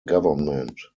government